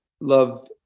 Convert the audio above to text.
love